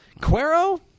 Cuero